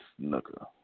Snooker